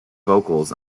vocals